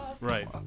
Right